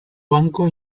banco